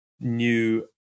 new